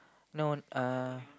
no uh